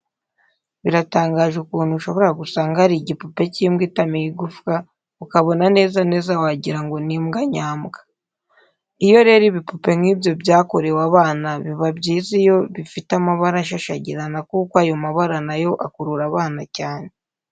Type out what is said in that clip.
Biratangaje ukuntu ushobora gusanga hari igipupe cy'imbwa itamiye igufwa ukabona neza neza wagira ngo ni imbwa nyambwa. Iyo rero ibipupe nk'ibyo byakorewe abana biba byiza iyo bifite amabara ashashagirana kuko ayo mabara na yo akurura abana cyane.